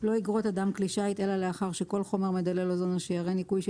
לא יגרוט אדם כלי שיט אלא לאחר שכל חומר מדלל אוזון או שיירי ניקוי של